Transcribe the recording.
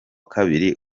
kabiri